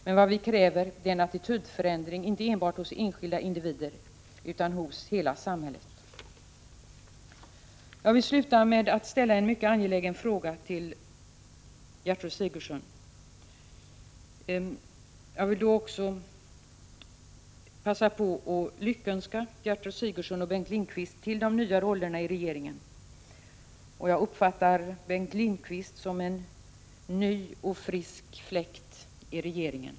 Men vi kräver en attitydförändring inte enbart hos enskilda individer utan också hos hela samhället. Jag vill sluta med att ställa enmycket angelägen fråga till Gertrud Sigurdsen. Först vill jag passa på att lyckönska Gertrud Sigurdsen och Bengt Lindqvist till de nya rollerna i regeringen. Jag uppfattar det så att Bengt Lindqvist blir en ny och frisk fläkt i regeringen.